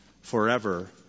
forever